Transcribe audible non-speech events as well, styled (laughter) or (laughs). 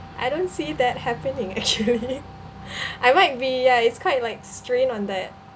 I don't see that happening actually (laughs) I might be ya it's quite like strain on that